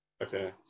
Okay